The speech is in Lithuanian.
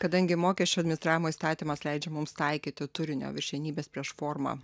kadangi mokesčių administravimo įstatymas leidžia mums taikyti turinio viršenybės prieš formą